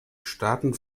staaten